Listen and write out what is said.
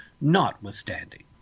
notwithstanding